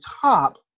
top